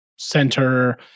center